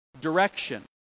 direction